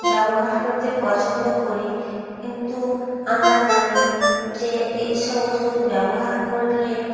ব্যবহার করতে পছন্দ করি কিন্তু আমরা জানি যে এইসব ওষুধ ব্যবহার করলে